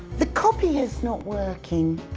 the copier's not working.